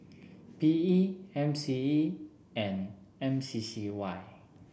P E M C E and M C C Y